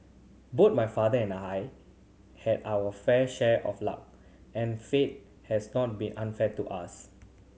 both my father and I have our fair share of luck and fate has not been unfair to us